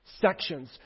sections